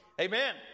amen